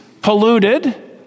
polluted